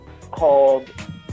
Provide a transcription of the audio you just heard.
Called